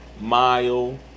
Mile